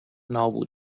نابود